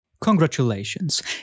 Congratulations